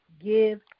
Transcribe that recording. give